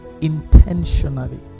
intentionally